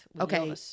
Okay